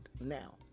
now